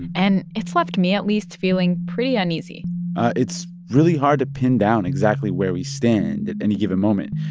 and it's left me, at least, feeling pretty uneasy it's really hard to pin down exactly where we stand at any given moment.